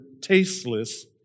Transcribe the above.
tasteless